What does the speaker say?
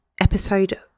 episode